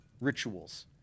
rituals